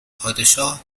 پادشاه